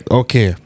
okay